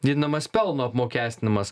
didinamas pelno apmokestinimas